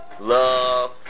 love